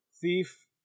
Thief